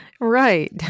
Right